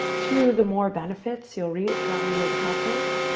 two, the more benefits you'll reap from the yoga practice,